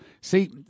See